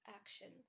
actions